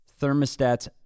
thermostats